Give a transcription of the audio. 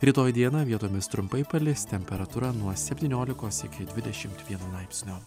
rytoj dieną vietomis trumpai palis temperatūra nuo septyniolikos iki dvidešimt vieno laipsnio